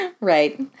Right